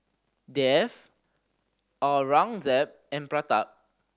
Dev Aurangzeb and Pratap